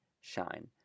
shine